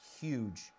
huge